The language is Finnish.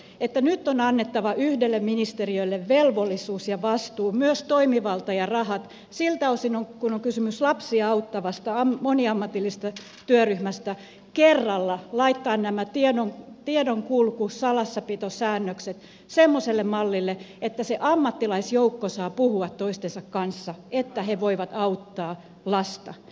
valiokunnan viesti on että nyt on annettava yhdelle ministeriölle velvollisuus ja vastuu myös toimivalta ja rahat siltä osin kuin on kysymys lapsia auttavasta moniammatillisesta työryhmästä kerralla laittaa nämä tiedonkulku salassapitosäännökset semmoiselle mallille että se ammattilaisjoukko saa puhua toistensa kanssa että he voivat auttaa lasta